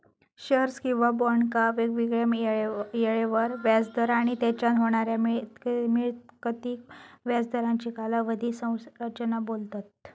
shares किंवा बॉन्डका वेगवेगळ्या येळेवर व्याज दर आणि तेच्यान होणाऱ्या मिळकतीक व्याज दरांची कालावधी संरचना बोलतत